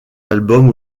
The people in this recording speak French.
albums